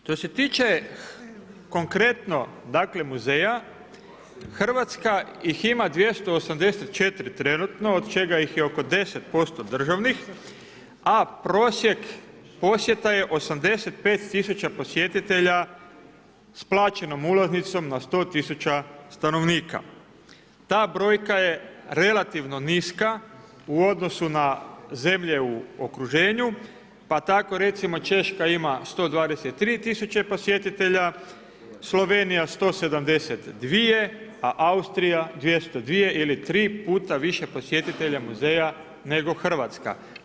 Što se tiče konkretno muzeja, Hrvatska ih ima 284 trenutno od čega ih je oko 10% državnih, a prosjek posjeta je 85.000 posjetitelja s plaćenom ulaznicom na 100.000 stanovnika. ta brojka je relativno niska u odnosu na zemlje u okruženju, pa tako recimo Češka ima 123.000 posjetitelja, Slovenija 172.000, a Austrija 202.000 ili tri puta više posjetitelja muzeja nego Hrvatska.